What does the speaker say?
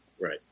Right